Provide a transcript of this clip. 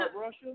Russia